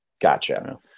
Gotcha